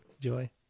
Joy